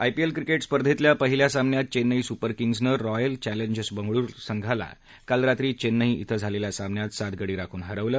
IPL cricket स्पर्धेतल्या पहिल्या सामन्यात चेन्नई सुपर किंम्सनं रॉयल चॅलेंजर्स बंगळुरू संघाला काल रात्री चेन्नई इथं झालेल्या सामन्यात सात गडी राखून हरवलं